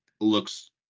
looks